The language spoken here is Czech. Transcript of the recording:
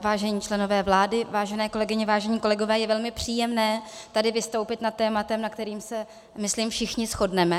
Vážení členové vlády, vážené kolegyně, vážení kolegové je velmi příjemné tady vystoupit nad tématem, na kterém se, myslím, všichni shodneme.